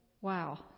wow